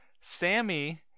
Sammy